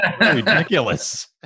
ridiculous